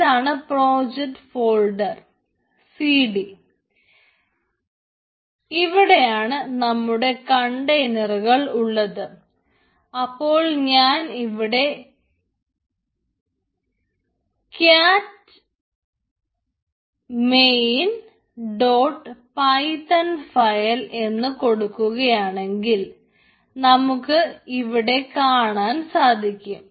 ഇതാണ് project folder C D എന്നു കൊടുക്കുകയാണെങ്കിൽ നമുക്ക് ഇവിടെ കാണാൻ സാധിക്കും